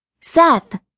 Seth